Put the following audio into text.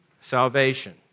salvation